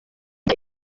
iyo